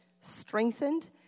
strengthened